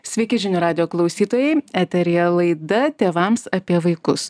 sveiki žinių radijo klausytojai eteryje laida tėvams apie vaikus